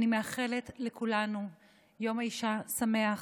אני מאחלת לכולנו יום האישה שמח,